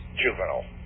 juvenile